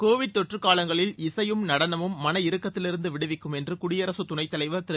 Covid தொற்று காலங்களில் இசையும் நடனமும் மன இறுக்கத்திலிருந்து விடுவிக்கும் என்று குடியரசுத் துணைத்தலைவர் திரு